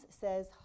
says